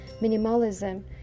minimalism